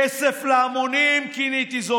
כסף להמונים, כיניתי זאת.